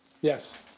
Yes